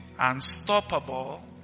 unstoppable